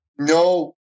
No